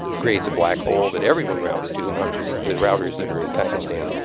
creates a black hole that everyone routes to, not just the routers that are in pakistan.